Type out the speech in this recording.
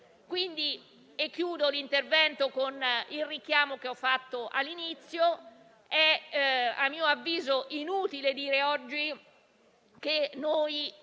Concludo l'intervento con il richiamo che ho fatto all'inizio: è a mio avviso inutile dire oggi che il